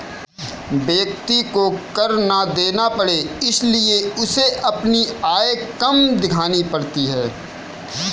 व्यक्ति को कर ना देना पड़े इसलिए उसे अपनी आय कम दिखानी पड़ती है